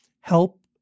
help